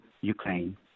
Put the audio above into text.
Ukraine